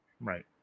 Right